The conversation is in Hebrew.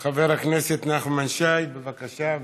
חבר הכנסת נחמן שי, בבקשה,